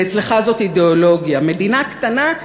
ואצלך זו אידיאולוגיה: מדינה קטנה,